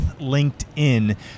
LinkedIn